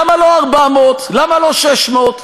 למה לא 400?